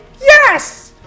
Yes